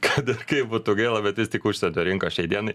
kad kaip būtų gaila bet vis tik užsienio rinka šiai dienai